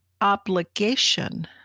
obligation